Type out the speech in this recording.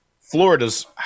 Florida's